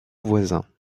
voisin